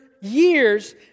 years